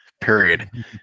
period